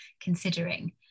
considering